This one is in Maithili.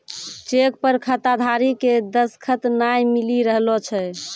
चेक पर खाताधारी के दसखत नाय मिली रहलो छै